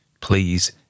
please